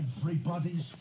Everybody's